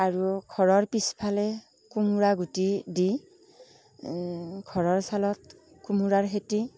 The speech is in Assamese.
আৰু ঘৰৰ পিছফালে কোমোৰা গুটি দি ঘৰৰ চালত কোমোৰাৰ খেতি